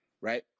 right